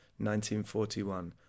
1941